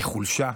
היא חולשה,